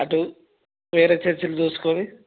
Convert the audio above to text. అటు వేరే చర్చిలు చూసుకొని